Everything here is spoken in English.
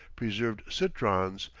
preserved citrons,